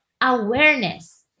awareness